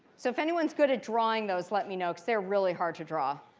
so if anyone's good at drawing those, let me know, because they're really hard to draw.